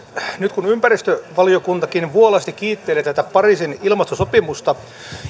nyt kun ympäristövaliokuntakin vuolaasti kiittelee tätä pariisin ilmastosopimusta